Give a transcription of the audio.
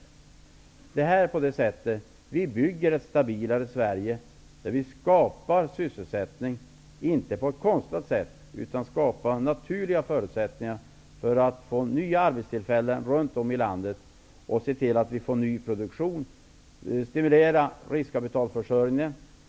På det här sättet bygger vi ett stabilare Sverige, där vi -- inte på ett konstlat sätt -- skapar naturliga förutsättningar för att få nya arbetstillfällen runt om i landet och för att få ny produktion. Riskkapitalförsörjningen skall stimuleras.